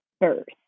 first